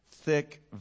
thick